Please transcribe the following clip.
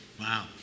Wow